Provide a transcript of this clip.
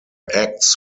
acts